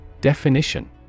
Definition